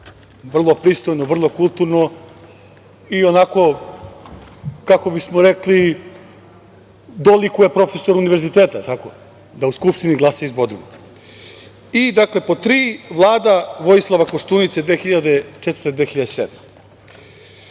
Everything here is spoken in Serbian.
Vrlo pristojno, vrlo kulturno i onako kao bismo rekli dolikuje profesoru univerziteta da u Skupštini glasa iz Bodruma. I dakle, pod 3. – Vlada Vojislava Koštunice 2004. do 2007.